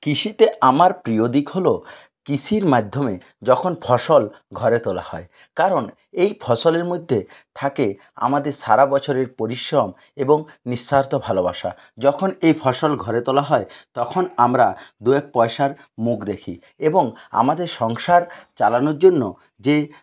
কৃষিতে আমার প্রিয় দিক হল কৃষির মাধ্যমে যখন ফসল ঘরে তোলা হয় কারণ এই ফসলের মধ্যে থাকে আমাদের সারা বছরের পরিশ্রম এবং নিস্বার্থ ভালোবাসা যখন এই ফসল ঘরে তোলা হয় তখন আমরা দু এক পয়সার মুখ দেখি এবং আমাদের সংসার চালানোর জন্য যে